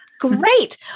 Great